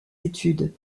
études